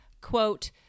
quote